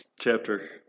chapter